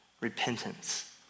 repentance